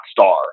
star